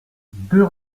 deux